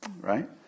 right